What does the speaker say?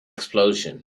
explosion